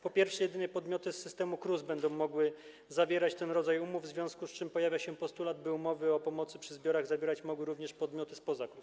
Po pierwsze, jedynie podmioty z systemu KRUS będą mogły zawierać ten rodzaj umów, w związku z czym pojawia się postulat, by umowy o pomocy przy zbiorach zawierać mogły również podmioty spoza KRUS.